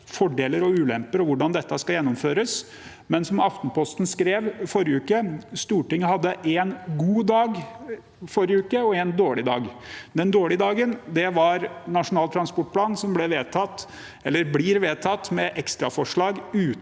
fordeler og ulemper og hvordan dette skal gjennomføres. Men som Aftenposten skrev i forrige uke: Stortinget hadde én god dag og én dårlig dag i forrige uke. Den dårlige dagen var Nasjonal transportplan, som blir vedtatt med ekstra forslag